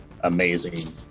amazing